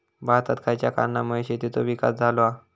भारतात खयच्या कारणांमुळे शेतीचो विकास झालो हा?